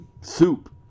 Soup